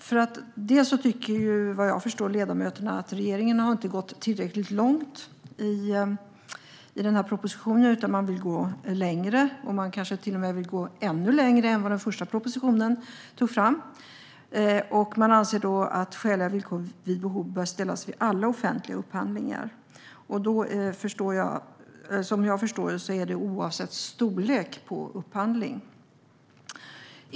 Vad jag förstår tycker ledamöterna att regeringen inte har gått tillräckligt långt i propositionen, utan de vill gå längre. De kanske till och med vill gå ännu längre än vad som togs fram i den första propositionen, och de anser att skäliga villkor vid behov bör ställas i alla offentliga upphandlingar. Som jag förstår är det oavsett storlek på upphandling.